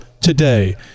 today